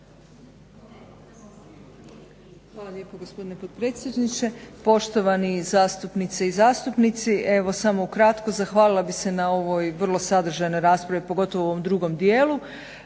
Hvala lijepo gospodine potpredsjedniče. Poštovani zastupnice i zastupnici evo samo ukratko zahvalila bih se na ovoj vrlo sadržajnoj raspravi pogotovo u ovom drugom dijelu.